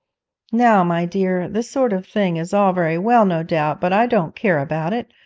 now, my dear, this sort of thing is all very well, no doubt but i don't care about it.